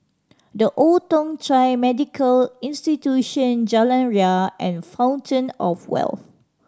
The Old Thong Chai Medical Institution Jalan Ria and Fountain Of Wealth